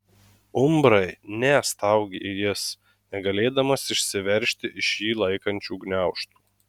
umbrai ne staugė jis negalėdamas išsiveržti iš jį laikančių gniaužtų